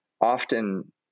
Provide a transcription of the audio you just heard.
often